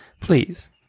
please